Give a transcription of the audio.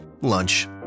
Lunch